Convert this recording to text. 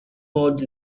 bod